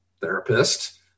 therapist